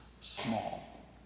small